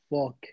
fuck